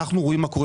אנחנו רואים מה קורה